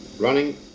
Running